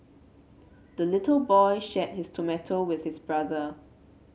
the little boy shared his tomato with his brother